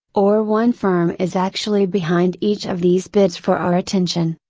or one firm is actually behind each of these bids for our attention,